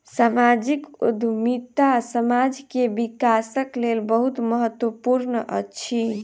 सामाजिक उद्यमिता समाज के विकासक लेल बहुत महत्वपूर्ण अछि